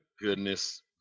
goodness